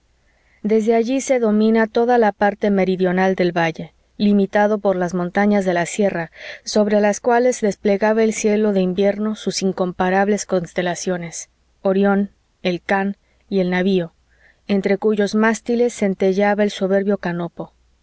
desde allí se domina toda la parte meridional del valle limitado por las montañas de la sierra sobre las cuales desplegaba el cielo de invierno sus incomparables constelaciones orión el can y el navío entre cuyos mástiles centelleaba el soberbio canopo